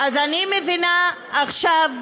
אני מבינה עכשיו,